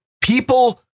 people